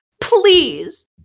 please